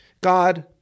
God